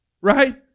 right